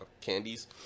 candies